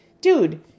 dude